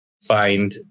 find